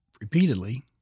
repeatedly